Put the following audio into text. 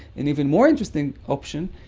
an even more interesting option,